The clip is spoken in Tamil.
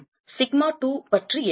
சிக்மா 2 பற்றி என்ன